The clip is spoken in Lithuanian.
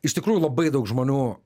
iš tikrųjų labai daug žmonių